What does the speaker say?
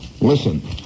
Listen